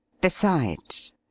Besides